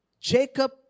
Jacob